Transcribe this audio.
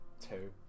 two